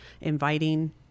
inviting